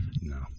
No